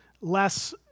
less